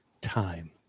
time